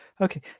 Okay